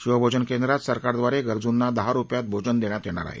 शिवभोजन केंद्रात सरकारदवारे गरजूंना दहा रुपयांत भोजन देण्यात येणार आहे